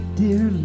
dear